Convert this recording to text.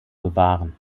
bewahren